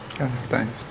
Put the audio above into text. Thanks